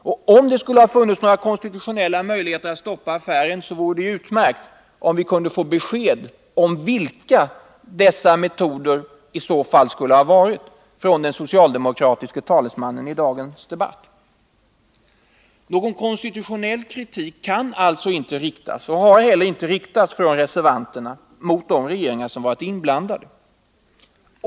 Och om det skulle ha funnits några konstitutionella möjligheter att stoppa affären så vore det utmärkt om vi i dagens debatt kunde få ett besked från den socialdemokratiske talesmannen om vilka dessa metoder skulle ha varit. Någon konstitutionell kritik kan alltså inte riktas och har inte heller riktats från reservanterna mot de regeringar som varit inblandade.